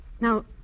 Now